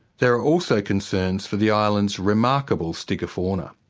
there are also concerns for the island's remarkable stygofauna.